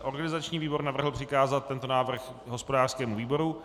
Organizační výbor navrhl přikázat tento návrh hospodářskému výboru.